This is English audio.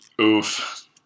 Oof